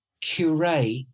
curate